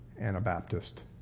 Anabaptist